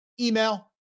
Email